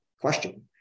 question